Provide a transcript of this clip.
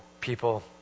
people